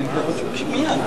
גלעד,